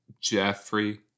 Jeffrey